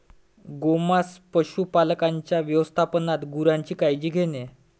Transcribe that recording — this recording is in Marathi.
गोमांस पशुपालकांच्या व्यवस्थापनात गुरांची काळजी घेणे